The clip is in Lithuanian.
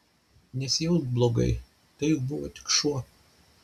nesijausk blogai tai juk buvo tik šuo